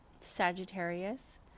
Sagittarius